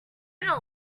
not